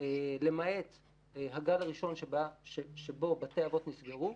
למעט הגל הראשון שבו בתי האבות נסגרו,